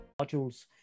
modules